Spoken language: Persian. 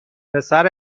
پسر